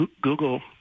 Google